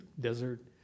desert